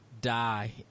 die